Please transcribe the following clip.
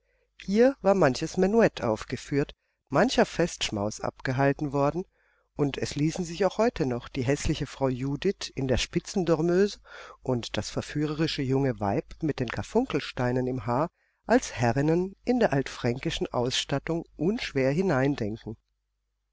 hier war manches menuett aufgeführt mancher festschmaus abgehalten worden und es ließen sich auch heute noch die häßliche frau judith in der spitzendormeuse und das verführerische junge weib mit den karfunkelsteinen im haar als herrinnen in die altfränkische ausstattung unschwer hineindenken